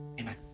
Amen